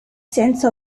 sense